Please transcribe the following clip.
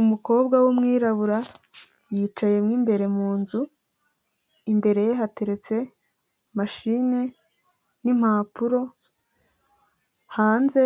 Umukobwa w'umwirabura yicayemo imbere mu nzu, imbere ye hateretse machine n'impapuro hanze